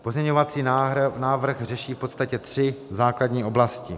Pozměňovací návrh řeší v podstatě tři základní oblasti.